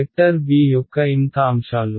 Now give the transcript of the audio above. vector b యొక్క mth అంశాలు